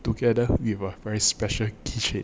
together with a very special keychain